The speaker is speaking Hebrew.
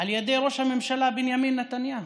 על ידי ראש הממשלה בנימין נתניהו.